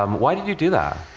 um why did you do that?